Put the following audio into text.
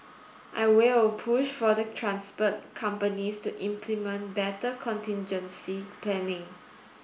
I will push for the transport companies to implement better contingency planning